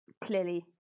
clearly